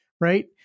right